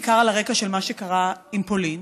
בעיקר על הרקע של מה שקרה עם פולין.